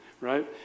right